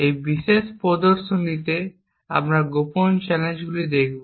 এই বিশেষ প্রদর্শনীতে আমরা গোপন চ্যানেলগুলি দেখব